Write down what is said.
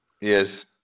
Yes